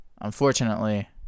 unfortunately